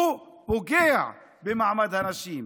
הוא פוגע במעמד הנשים.